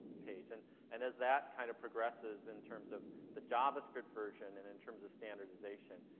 page. and and as that kind of progresses in terms of the javascript version and in terms of standardization,